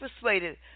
persuaded